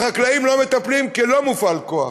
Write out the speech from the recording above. בחקלאים לא מטפלים, כי לא מופעל כוח.